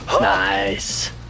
Nice